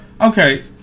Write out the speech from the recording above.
Okay